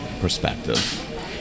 perspective